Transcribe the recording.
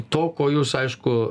to ko jūs aišku